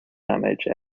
damage